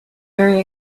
very